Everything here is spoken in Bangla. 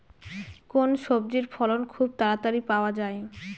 কোন সবজির ফলন খুব তাড়াতাড়ি পাওয়া যায়?